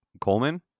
Coleman